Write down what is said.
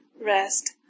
rest